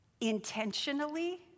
intentionally